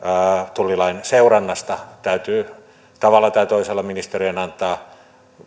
tullilain seurannasta täytyy tavalla tai toisella ministeriön antaa